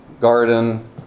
garden